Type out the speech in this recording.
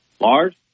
Lars